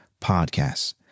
podcasts